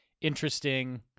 interesting